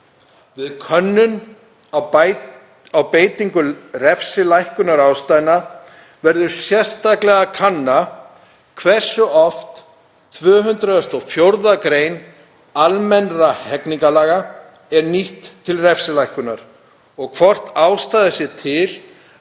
Við könnun á beitingu refsilækkunarástæðna verður sérstaklega að kanna hversu oft 204. gr. almennra hegningarlaga er nýtt til refsilækkunar og hvort ástæða sé til